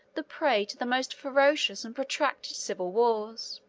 the prey to the most ferocious and protracted civil wars.